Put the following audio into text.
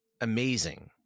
amazing